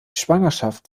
schwangerschaft